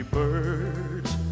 birds